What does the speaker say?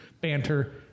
banter